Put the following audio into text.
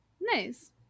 nice